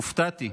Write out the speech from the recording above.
הופתעתי.